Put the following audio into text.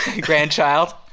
grandchild